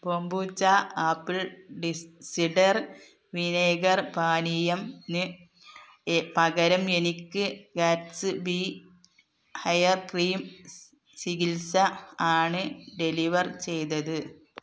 ബോമ്പൂച്ച apple ഡിസ് cider vinegar പാനീയം ന് എ പകരം എനിക്ക് ഗാറ്റ്സ്ബി ഹെയർ ക്രീം ചികിത്സ ആണ് ഡെലിവർ ചെയ്തത്